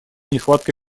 нехватке